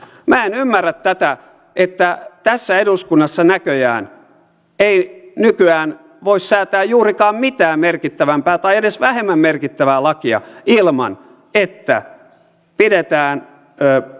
minä en ymmärrä tätä että tässä eduskunnassa näköjään ei nykyään voi säätää juurikaan mitään merkittävämpää tai edes vähemmän merkittävää lakia ilman että pidetään